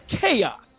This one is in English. chaos